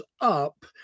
up